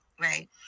Right